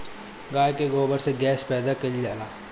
गाय के गोबर से गैस पैदा कइल जाला